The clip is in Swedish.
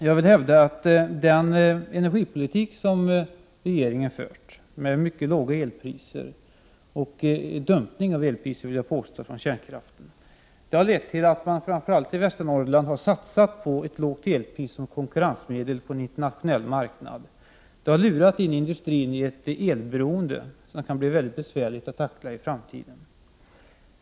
Jag vill hävda att den energipolitik som regeringen fört med mycket låga elpriser — en dumpning av elpriset, vill jag påstå, till följd av kärnkraften — har lett till att man framför allt i Västernorrland har satsat på ett lågt elpris som konkurrensmedel på en internationell marknad. Det har lurat in industrin i ett elberoende som det kan bli besvärligt att tackla i framtiden.